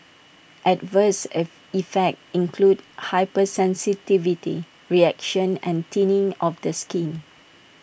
adverse if effects include hypersensitivity reactions and thinning of the skin